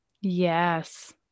yes